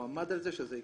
הוא עמד על זה שזה יקרה,